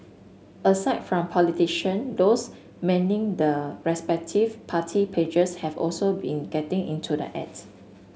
aside from politician those manning the respective party pages have also been getting into the act